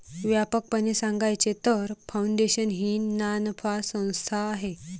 व्यापकपणे सांगायचे तर, फाउंडेशन ही नानफा संस्था आहे